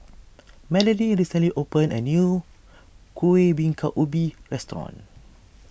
Melanie recently opened a new Kueh Bingka Ubi restaurant